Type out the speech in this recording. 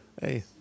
Hey